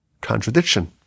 Contradiction